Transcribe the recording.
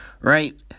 Right